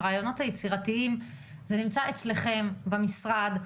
הרעיונות היצירתיים נמצאים אצלכם במשרד.